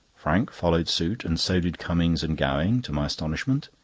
frank followed suit, and so did cummings and gowing, to my astonishment.